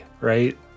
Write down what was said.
right